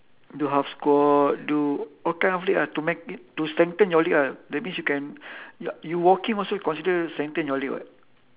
do half squat do all kind of leg ah to make it to strengthen your leg ah that means you can ya you walking also consider strengthen your leg [what]